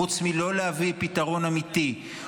חוץ מלא להביא פתרון אמיתי,